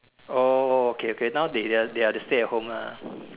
oh okay okay now they they are they stay at home lah